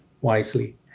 wisely